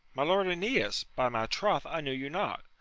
my lord aeneas? by my troth, i knew you not.